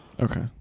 Okay